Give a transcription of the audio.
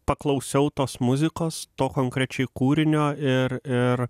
paklausiau tos muzikos to konkrečiai kūrinio ir ir